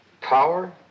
Power